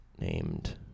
named